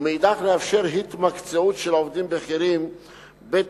ומאידך, לאפשר התמקצעות של עובדים בכירים בתפקיד,